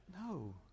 no